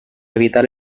evitar